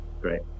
great